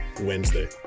Wednesday